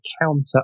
counter